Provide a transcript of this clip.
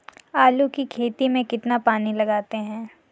आलू की खेती में कितना पानी लगाते हैं?